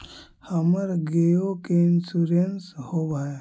हमर गेयो के इंश्योरेंस होव है?